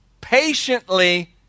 patiently